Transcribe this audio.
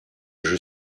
jeu